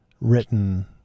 written